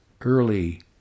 early